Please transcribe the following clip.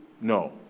No